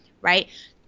right